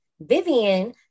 Vivian